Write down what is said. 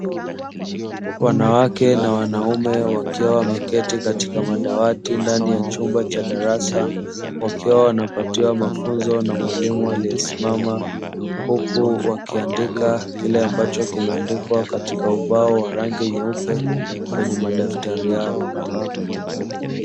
Wanawake na wanaume wakiwa wameketi katika madawati ndani ya chumba cha darasa, wakiwa wanapatiwa mafunzo na mwalimu aliyesimama huku, wakiandika kile ambacho kimeandikwa katika ubao wa rangi nyeupe kwenye madaftari yao.